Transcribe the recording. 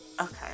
okay